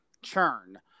churn